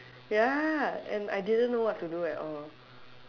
ya and I didn't know what to do at all